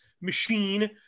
machine